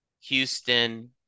Houston